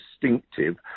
distinctive